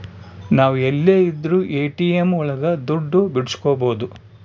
ನಾವ್ ಎಲ್ಲೆ ಇದ್ರೂ ಎ.ಟಿ.ಎಂ ಒಳಗ ದುಡ್ಡು ಬಿಡ್ಸ್ಕೊಬೋದು